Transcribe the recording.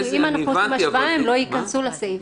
אנחנו מבקשים לא לעשות את ההבחנה הפנימית הזאת בין